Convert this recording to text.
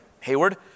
Hayward